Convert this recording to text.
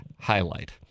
highlight